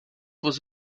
was